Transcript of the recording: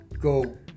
go